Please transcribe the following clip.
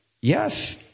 Yes